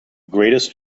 greatest